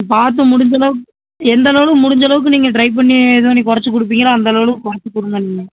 பார்த்து முடிஞ்சளவுக்கு எந்தளவு முடிஞ்ச அளவுக்கு நீங்கள் ட்ரை பண்ணி எதுவும் நீ கொறச்சு கொடுப்பீங்களா அந்தளவுக்கு பார்த்து கொடுங்க நீங்கள்